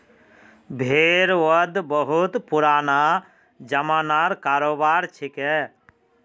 भेड़ वध बहुत पुराना ज़मानार करोबार छिके